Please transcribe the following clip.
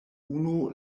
unu